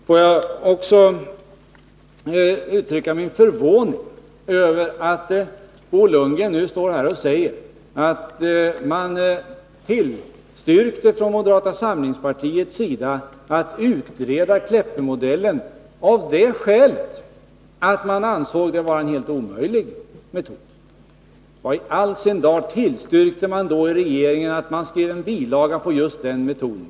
Jag vill också uttrycka min förvåning över att Bo Lundgren nu säger att moderata samlingspartiet tillstyrkte ett utredande av Kleppemodellen av det skälet att man ansåg det vara en helt omöjlig metod. Varför i all sin dar tillstyrkte man då i regeringen att det skulle skrivas en bilaga beträffande just den metoden?